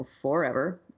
forever